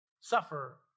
suffer